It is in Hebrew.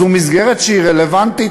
זאת מסגרת שהיא רלוונטית,